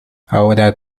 ahora